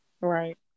right